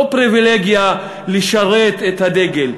לא פריבילגיה לשרת את הדגל.